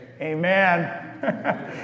Amen